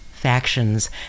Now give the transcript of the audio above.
Factions